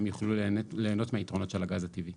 הם יוכלו ליהנות מהיתרונות של הגז הטבעי.